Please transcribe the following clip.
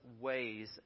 ways